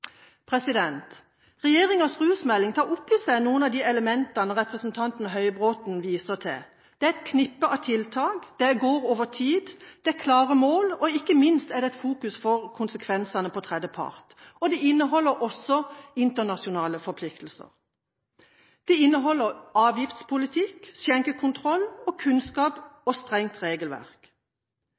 rusmelding tar opp i seg noen av de elementene som representanten Høybråten viser til. Det er et knippe av tiltak, det går over tid, det er klare mål og ikke minst er det fokus på konsekvensene for tredjepart. Den inneholder også internasjonale forpliktelser. Den inneholder avgiftspolitikk, skjenkekontroll, strengt regelverk og kunnskap